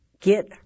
Get